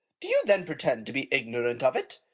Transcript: do you then pretend to be ignorant of it?